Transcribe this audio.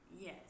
Yes